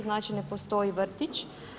Znači, ne postoji vrtić.